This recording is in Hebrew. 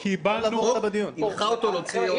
החוק הנחה אותו להוציא --- קיש,